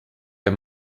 der